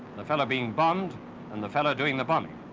the fellow being bombed and the fellow doing the bombing.